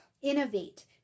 innovate